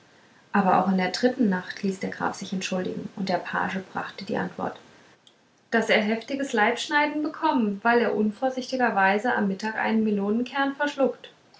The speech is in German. aber auch in der dritten nacht ließ der graf sich entschuldigen und der page brachte die antwort daß er heftiges leibschneiden bekommen well er unvorsichtigerweise am mittag einen melonenkern verschluckt